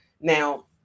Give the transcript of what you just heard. Now